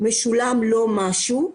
משולם לא משהו.